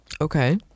Okay